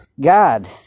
God